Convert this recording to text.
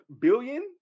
billion